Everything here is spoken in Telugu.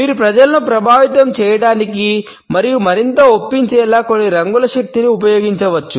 మీరు ప్రజలను ప్రభావితం చేయడానికి మరియు మరింత ఒప్పించేలా కొన్ని రంగుల శక్తిని ఉపయోగించవచ్చు